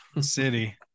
city